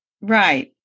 Right